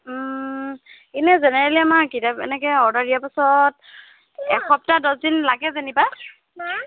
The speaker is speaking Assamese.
এনেই জেনেৰেলি আমাৰ কিতাপ এনেকৈ অৰ্ডাৰ দিয়া পাছত এসপ্তাহ দছদিন লাগে যেনিবা